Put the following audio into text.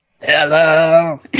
hello